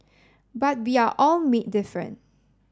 but we are all made different